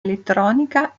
elettronica